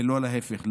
ולא להפך,